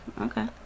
Okay